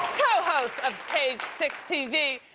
co-host of page six tv,